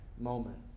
moment